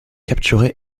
capturé